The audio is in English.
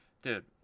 Dude